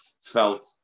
felt